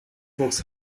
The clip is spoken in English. books